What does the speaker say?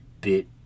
bit